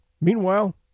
Meanwhile